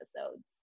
episodes